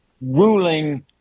ruling